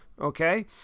okay